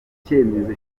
icyemezo